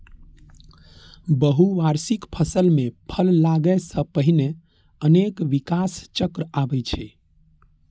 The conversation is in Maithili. बहुवार्षिक फसल मे फल लागै सं पहिने अनेक विकास चक्र आबै छै